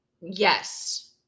Yes